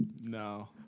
No